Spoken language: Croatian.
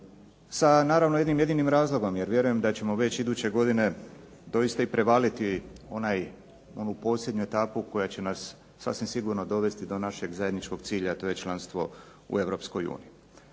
sa naravno jednim jedinim razlogom, jer vjerujem da ćemo već iduće godine doista i prevaliti onu posljednju etapu koja će nas sasvim sigurno dovesti do našeg zajedničkog cilja, a to je članstvo u EU. Pa ja